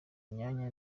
myanya